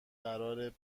قراره